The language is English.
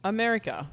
America